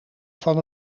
van